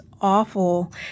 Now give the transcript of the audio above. awful